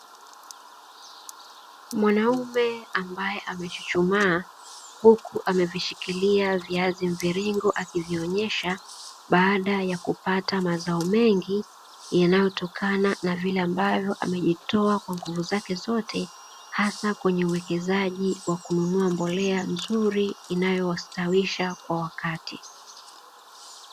Mwanaume ambaye amechuchumaa huku amevishikilia viazi mviringo akivionyesha baada ya kupata mazao mengi yanayotokana na vile ambavyo amejitoa kwa nguvu zake zote, hasa kwenye uwekezaji wa kununua mbolea nzuri inayowastawisha kwa wakati.